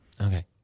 Okay